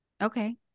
okay